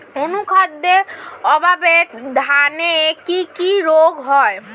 অনুখাদ্যের অভাবে ধানের কি কি রোগ হয়?